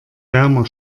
wärmer